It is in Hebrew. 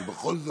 אבל בכל זאת.